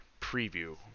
preview